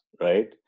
right